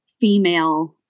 female